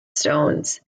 stones